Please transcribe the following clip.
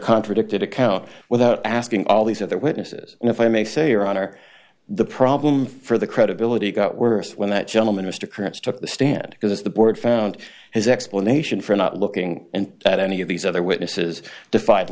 contradicted account without asking all these other witnesses and if i may say your honor the problem for the credibility got worse when that gentleman mr cripps took the stand because the board found his explanation for not looking and that any of these other witnesses defied